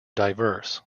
diverse